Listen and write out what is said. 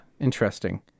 Interesting